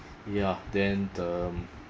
ya then um